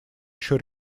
еще